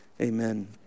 Amen